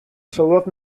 sylwodd